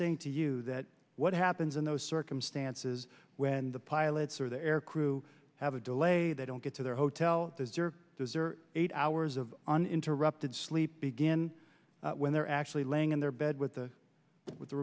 saying to you that what happens in those circumstances when the pilots or the air crew have a delay they don't get to their hotel those are those are eight hours of uninterrupted sleep begin when they're actually laying in their bed with the with the